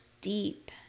deep